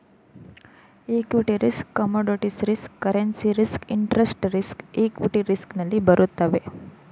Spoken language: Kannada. equity risk commodities risk currency risk interest risk equity risk ನಲ್ಲಿ ಬರುತ್ತವೆ